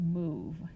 move